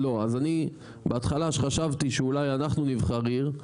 לא, אז אני בהתחלה שחשבתי שאולי אנחנו נבחר עיר,